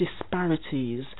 disparities